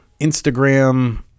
Instagram